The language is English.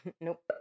Nope